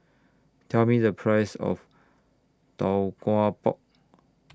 Tell Me The Price of Tau Kwa Pau